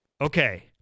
Okay